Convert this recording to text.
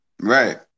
Right